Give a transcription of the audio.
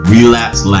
Relapse